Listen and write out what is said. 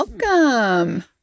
Welcome